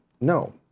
no